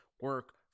Work